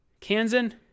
Kansan